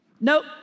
nope